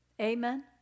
amen